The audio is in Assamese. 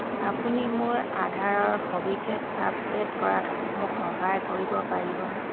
আপুনি মোৰ আধাৰৰ সবিশেষ আপডে'ট কৰাত মোক সহায় কৰিব পাৰিবনে